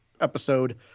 episode